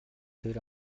тэр